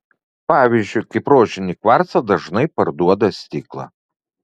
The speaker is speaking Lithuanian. pavyzdžiui kaip rožinį kvarcą dažnai parduoda stiklą